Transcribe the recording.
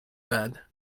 bad